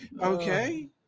okay